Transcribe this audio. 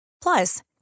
Plus